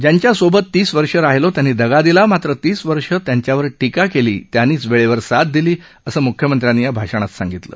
ज्यांच्या सोबत तीस वर्षे राहिलो त्यांनी दगा दिला मात्र तीस वर्षे त्यांच्यावर टीका केली त्यांनीच वेळेवर साथ दिली असं म्ख्यमंत्र्यांनी या भाषणात सांगितलं